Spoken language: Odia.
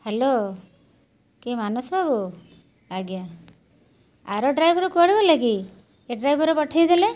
ହ୍ୟାଲୋ କିଏ ମାନସ ବାବୁ ଆଜ୍ଞା ଆର ଡ୍ରାଇଭର୍ କୁଆଡ଼େ ଗଲା କି ଏ ଡ୍ରାଇଭର୍ ପଠାଇ ଦେଲେ